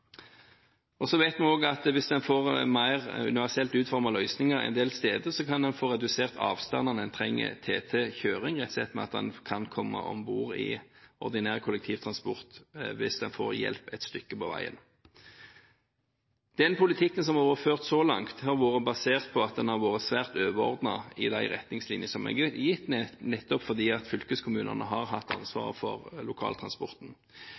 det. Så vet vi også at hvis en får mer universelt utformede løsninger en del steder, kan en få redusert avstandene en trenger til TT-kjøring, rett og slett ved at en kan komme om bord i ordinær kollektivtransport hvis en får hjelp et stykke på veien. Den politikken som har vært ført så langt, har vært basert på at den har vært svært overordnet med hensyn til de retningslinjer som er gitt, nettopp fordi fylkeskommunene har hatt ansvaret for lokaltransporten.